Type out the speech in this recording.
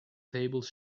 tables